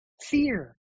Fear